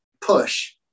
push